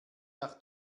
nach